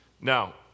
Now